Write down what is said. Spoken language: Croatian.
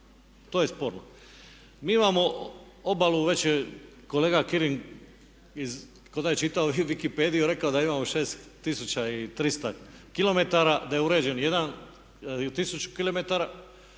To je sporno. Mi imamo obalu, već je kolega Kirin kao da je čitao Wikipediu, rekao da imamo 6300 km, da je uređen 1000 km,